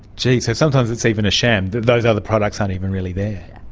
gee, so sometimes it's even a sham, those other products aren't even really there.